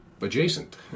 adjacent